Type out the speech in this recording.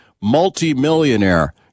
multi-millionaire